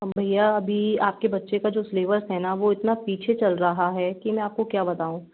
भैया अभी आपके बच्चे का जो स्लेबस है ना वो इतना पीछे चल रहा है कि मैं आपको क्या बताऊँ